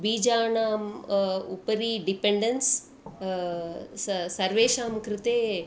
बीजानाम् उपरि डिपेण्डेन्स् स सर्वेषां कृते